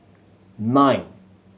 nine